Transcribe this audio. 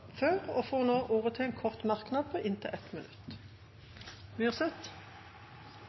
og får ordet til en kort merknad, begrenset til 1 minutt.